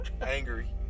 angry